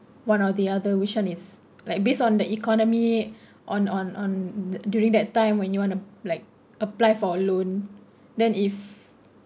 one or the other which one is like based on the economy on on on during that time when you want to like apply for a loan then if